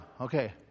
okay